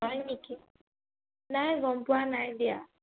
হয় নেকি নাই গম পোৱা নাই দিয়া